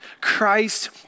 Christ